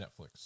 Netflix